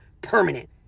permanent